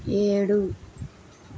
ఏడు